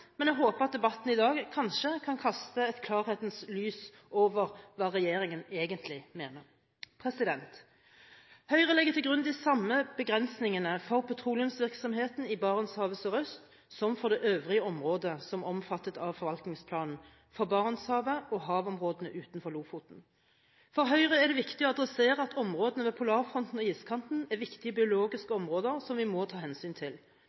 men jeg håper at debatten i dag kanskje kan kaste et klarhetens lys over hva regjeringen egentlig mener. Høyre legger til grunn de samme begrensningene for petroleumsvirksomheten i Barentshavet sørøst som for det øvrige området som er omfattet av forvaltningsplanen for Barentshavet og havområdene utenfor Lofoten. For Høyre er det viktig å adressere at områdene ved polarfronten og iskanten er viktige biologiske områder som vi må ta hensyn til.